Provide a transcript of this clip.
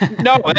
No